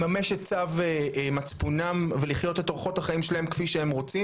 לממש את צו מצפונם ולחיות את אורחות החיים שלהם כפי שהם רוצים.